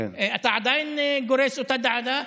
אתה עדיין גורס את אותה דעה?